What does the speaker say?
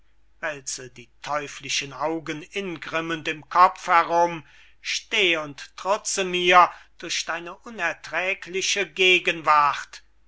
die teuflischen augen ingrimmend im kopf herum steh und trutze mir durch deine unerträgliche gegenwart